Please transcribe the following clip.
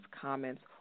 comments